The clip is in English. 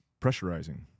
pressurizing